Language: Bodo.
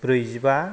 ब्रैजिबा